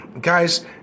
guys